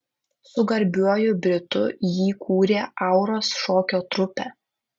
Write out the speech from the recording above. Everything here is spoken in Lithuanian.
su garbiuoju britu jį kūrė auros šokio trupę